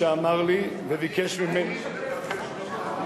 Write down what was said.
שאמר לי וביקש ממני,